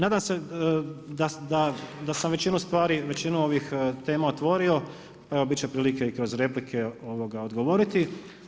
Nadam se da sam većinu stvari, većinu ovih tema otvorio pa evo bit će prilike i kroz replike odgovoriti.